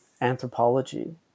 anthropology